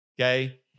okay